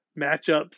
matchups